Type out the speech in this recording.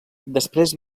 després